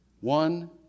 One